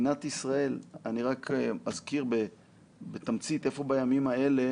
אני רק אזכיר בתמצית איפה בימים האלה,